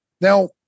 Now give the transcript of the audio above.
now